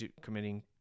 committing